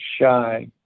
shy